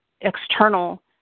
external